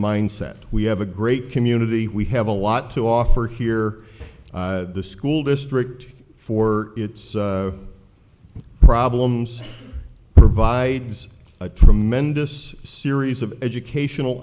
mindset we have a great community we have a lot to offer here the school district for its problems provides a tremendous series of educational